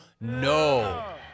no